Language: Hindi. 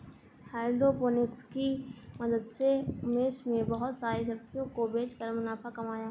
हाइड्रोपोनिक्स की मदद से उमेश ने बहुत सारी सब्जियों को बेचकर मुनाफा कमाया है